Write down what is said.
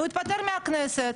הוא יתפטר מהכנסת.